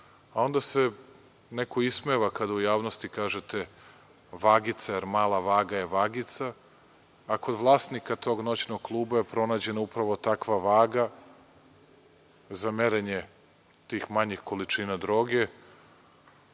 dan. Onda se neko ismeva kada u javnosti kažete, vagica, jer mala vaga je vagica, a kod vlasnika tog noćnog kluba je pronađeno upravo takva vaga za merenje tih manjih količina droge,